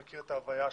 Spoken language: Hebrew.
שמכיר את ההוויה,